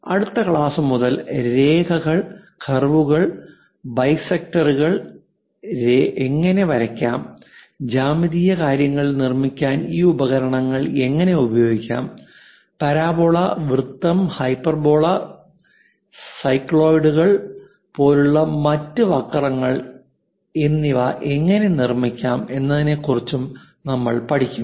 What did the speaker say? അടുത്ത ക്ലാസ് മുതൽ രേഖകൾ കർവുകൾ ബൈസെക്ടർ രേഖകൾ എങ്ങനെ വരയ്ക്കാം ജ്യാമിതീയ കാര്യങ്ങൾ നിർമ്മിക്കാൻ ഈ ഉപകരണങ്ങൾ എങ്ങനെ ഉപയോഗിക്കാം പരാബോള വൃത്തം ഹൈപ്പർബോള സൈക്ലോയിഡുകൾ പോലുള്ള മറ്റ് വക്രങ്ങൾ എന്നിവ എങ്ങനെ നിർമ്മിക്കാം എന്നതിനെക്കുറിച്ചും നമ്മൾ പഠിക്കും